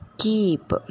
Keep